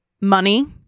money